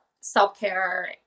self-care